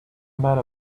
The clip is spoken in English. matter